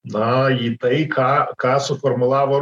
na į tai ką ką suformulavo